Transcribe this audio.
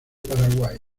paraguay